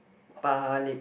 balik